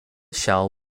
shell